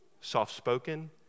soft-spoken